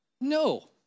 no